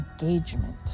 engagement